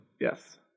Yes